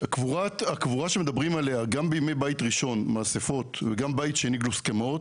הקבורה שמדברים עליה גם בימי בית ראשון מאספות וגם בית שני גלוקסמאות,